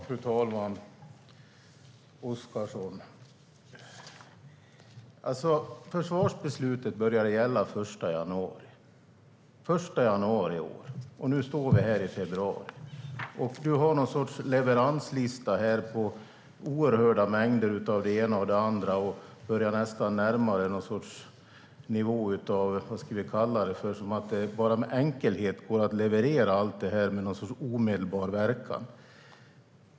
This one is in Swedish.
Fru talman! Försvarsbeslutet började gälla den 1 januari i år, Oscarsson. Nu står vi här i februari, och du har någon sorts leveranslista på oerhörda mängder av det ena och det andra. Du börjar nästan närma dig någon sorts nivå där det med enkelhet går att leverera detta med omedelbar verkan.